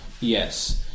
Yes